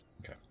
Okay